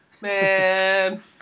Man